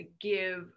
give